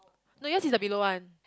no yes is the below one